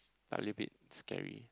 a little bit scary